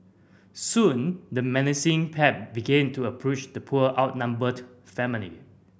soon the menacing pack began to approach the poor outnumbered family